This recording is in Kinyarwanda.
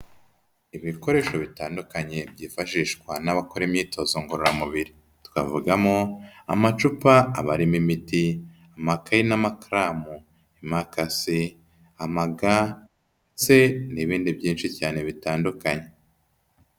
Ibikoresho bitandukanye byifashishwa n'abakora imyitozo ngororamubiri, twavugamo amacupa aba arimo imiti, amakayi n'amakaramu, imakase, ama ga ndetse n'ibindi byinshi cyane bitandukanye.